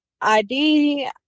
ID